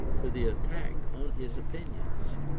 to the attack on his opinions.